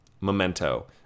Memento